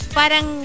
parang